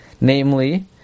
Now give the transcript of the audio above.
Namely